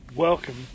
Welcome